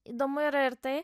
įdomu yra ir tai